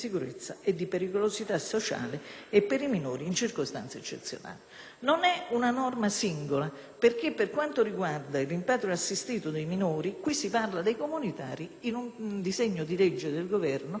perché, per quanto riguarda il rimpatrio assistito dei minori, qui si parla dei comunitari, mentre in un disegno di legge del Governo che riguarda la prostituzione si parla di ridurre drasticamente il sistema del rimpatrio semplificandolo: